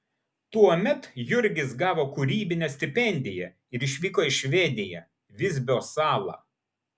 tuomet jurgis gavo kūrybinę stipendiją ir išvyko į švediją visbio salą